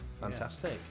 Fantastic